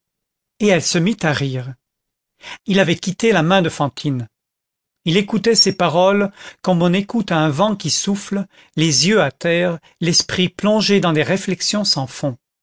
et elle se mit à rire il avait quitté la main de fantine il écoutait ces paroles comme on écoute un vent qui souffle les yeux à terre l'esprit plongé dans des réflexions sans fond